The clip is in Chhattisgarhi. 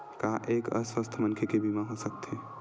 का एक अस्वस्थ मनखे के बीमा हो सकथे?